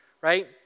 right